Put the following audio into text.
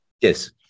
Yes